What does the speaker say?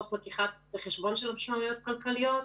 תוך לקיחה בחשבון של המשמעויות הכלכליות,